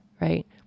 Right